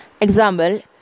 Example